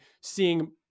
seeing